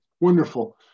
wonderful